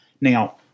Now